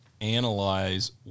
analyze